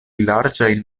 larĝajn